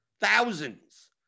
Thousands